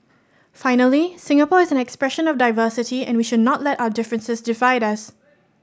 finally Singapore is an expression of diversity and we should not let our differences divide us